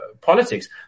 politics